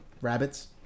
Rabbits